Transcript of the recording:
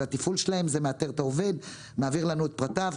התפעול שלהם שמאתר את העובד ומעביר לנו את פרטיו.